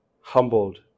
humbled